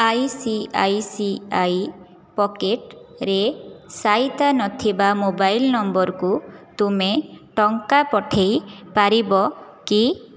I C I C I ପକେଟ୍ରେ ସାଇତା ନଥିବା ମୋବାଇଲ ନମ୍ବରକୁ ତୁମେ ଟଙ୍କା ପଠେଇ ପାରିବ କି